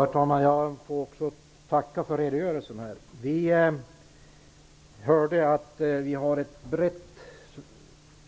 Herr talman! Jag får tacka för redogörelsen.